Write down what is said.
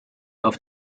auf